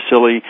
silly